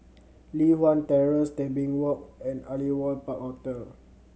Li Hwan Terrace Tebing Walk and Aliwal Park Hotel